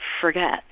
forget